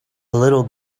little